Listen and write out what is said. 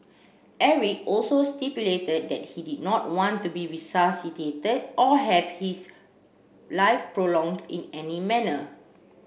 Eric also stipulated that he did not want to be resuscitated or have his life prolonged in any manner